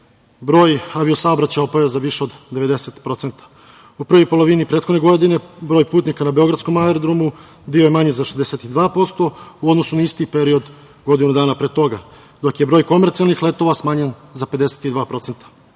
broj avio saobraćaja opao je za više od 90%. U prvoj polovini prethodne godine broj putnika, na beogradskom aerodromu, bio je manji za 62%, u odnosu na isti period godinu dana pre toga, dok je broj komercijalnih letova smanjen za 52%.